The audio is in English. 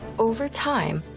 over time,